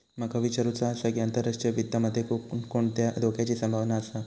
माका विचारुचा आसा की, आंतरराष्ट्रीय वित्त मध्ये कोणकोणत्या धोक्याची संभावना आसा?